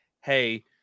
Hey